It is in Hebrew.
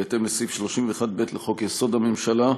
בהתאם לסעיף 31(ב) לחוק-יסוד: הממשלה,